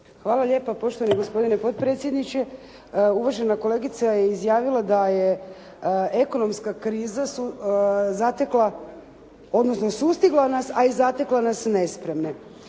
Hvala lijepa, poštovani gospodine potpredsjedniče. Uvažena kolegica je izjavila da je ekonomska kriza zatekla odnosno sustigla nas, a i zatekla nas nespremne.